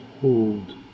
hold